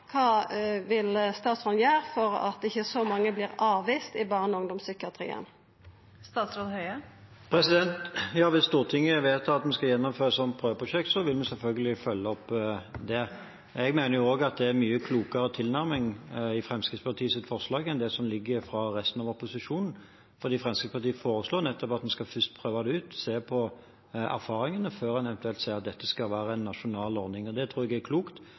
kva statsråden vil gjera for at ikkje så mange vert avviste i barne- og ungdomspsykiatrien? Hvis Stortinget vedtar at det skal gjennomføres som prøveprosjekt, vil vi selvfølgelig følge opp det. Jeg mener også at det er en mye klokere tilnærming i Fremskrittspartiets forslag enn det som foreligger fra resten av opposisjonen. Fremskrittspartiet foreslår nettopp at en først skal prøve det ut og se på erfaringene før en eventuelt sier at dette skal være en nasjonal ordning. Det tror jeg er klokt,